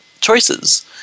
choices